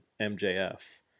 MJF